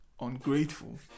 ungrateful